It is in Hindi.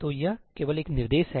तो यह केवल एक निर्देश है